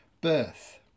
birth